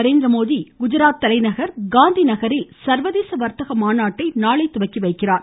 நரேந்திரமோதி குஜராத் தலைநகர் காந்தி நகரில் சர்வதேச வர்த்தக மாநாட்டை நாளை தொடங்கி வைக்கிறார்